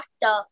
doctor